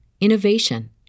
innovation